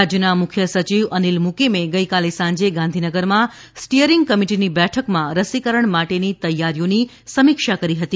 રાજ્યના મુખ્ય સચિવ અનિલ મુકીમે ગઇકાલે સાંજે ગાંધીનગરમાં સ્ટીયરીંગ કમિટીની બેઠકમાં રસીકરણ માટેની તૈયારીઓની સમીક્ષા કરી હતી